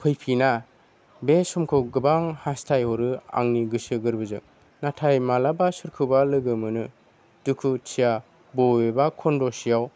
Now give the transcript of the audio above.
फैफिना बे समखौ गोबां हास्थायहरो आंनि गोसो गोरबोनिजों नाथाय मालाबा सोरखौबा लोगो मोनो दुखुथिया बबेबा खनदसेयाव